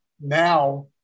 now